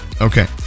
Okay